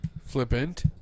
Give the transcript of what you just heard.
Flippant